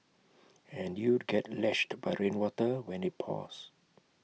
and you'd get lashed by rainwater when IT pours